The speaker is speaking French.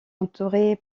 entourée